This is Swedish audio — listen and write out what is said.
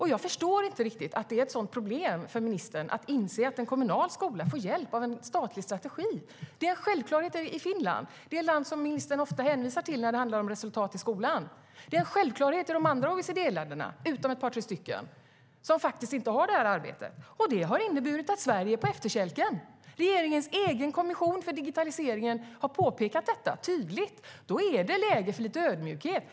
Jag förstår inte att det ska vara ett sådant problem för ministern att inse att en kommunal skola får hjälp av en statlig strategi. Det är en självklarhet i Finland, det land som ministern ofta hänvisar till när det handlar om resultat i skolan. Det är en självklarhet också i de andra OECD-länderna, utom i ett par tre länder. Bristen på statlig strategi har inneburit att Sverige hamnat på efterkälken. Regeringens egen kommission för digitaliseringen har tydligt påpekat det. Det är därför läge för lite ödmjukhet.